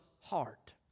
heart